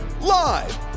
Live